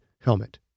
helmet